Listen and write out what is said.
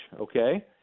okay